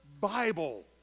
Bible